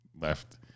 left